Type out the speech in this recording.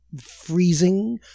freezing